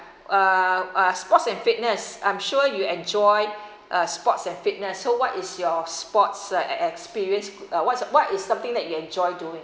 uh uh sports and fitness I'm sure you enjoy uh sports and fitness so what is your sports experience what's what is something that you enjoy doing